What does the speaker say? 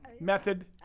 method